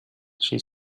she